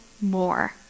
more